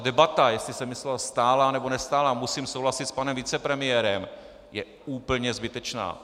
Debata, jestli se myslelo stálá, nebo nestálá, musím souhlasit s panem vicepremiérem, je úplně zbytečná.